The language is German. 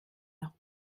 nach